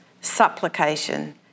supplication